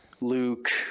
Luke